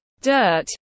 dirt